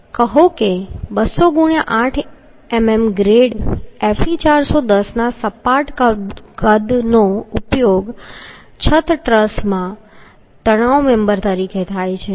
કહો કે 200 ✕ 8 મીમી ગ્રેડ Fe 410 ના સપાટ કદનો ઉપયોગ છત ટ્રસમાં તણાવ મેમ્બર તરીકે થાય છે